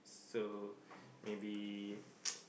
so maybe